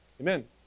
Amen